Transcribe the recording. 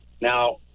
Now